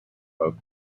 both